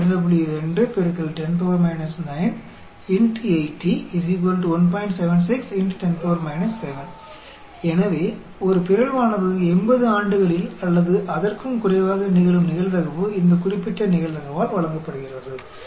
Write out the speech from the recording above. इसलिए जब आप 80 से गुणा करेंगे तो अंत में हम प्राप्त करेंगे तो प्रोबेबिलिटी है कि एक म्यूटेशन 80 साल या उससे कम समय में होगा इस विशेष प्रोबेबिलिटी द्वारा दिया जाता है